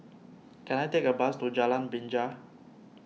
can I take a bus to Jalan Binja